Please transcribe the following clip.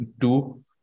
two